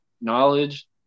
knowledge